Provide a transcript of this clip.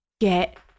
Get